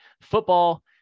football